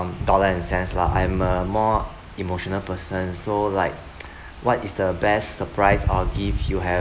dollars and cents lah I'm a more emotional person so like what is the best surprise or gift you have